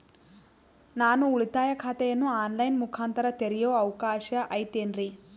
ನಾನು ಉಳಿತಾಯ ಖಾತೆಯನ್ನು ಆನ್ ಲೈನ್ ಮುಖಾಂತರ ತೆರಿಯೋ ಅವಕಾಶ ಐತೇನ್ರಿ?